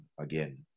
again